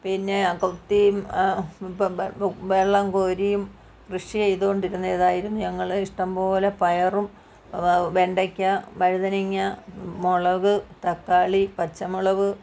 പിന്നെ കൊത്തിയും ബെ ബെ ബെള്ളം കോരിയും കൃഷി ചെയ്തു കൊണ്ടിരുന്നതായിരുന്നു ഞങ്ങൾ ഇഷ്ടം പോലെ പയറും വെ വെണ്ടക്ക വഴുതനങ്ങ മുളക് തക്കാളി പച്ചമുളക്